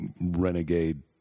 renegade